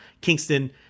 Kingston